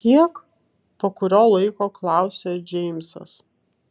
kiek po kurio laiko klausia džeimsas